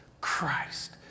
Christ